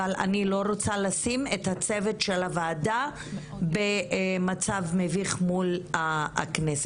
אבל אני לא רוצה לשים את הצוות של הוועדה במצב מביך מול הכנסת.